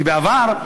כי בעבר,